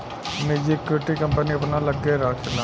निजी equity, company अपना लग्गे राखेला